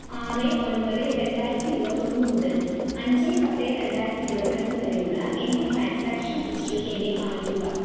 ആറ് ഒൻപത് രണ്ടായിരത്തി ഇരുപത്തൊന്ന് മുതൽ അഞ്ച് പത്ത് രണ്ടായിരത്തി ഇരുപത്തിരണ്ട് വരെയുള്ള എൻ്റെ ട്രാൻസാക്ഷൻ ഹിസ്റ്ററി എന്നെ കാണിക്കുക